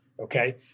Okay